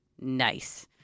nice